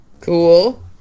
Cool